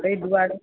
एहि दुआरे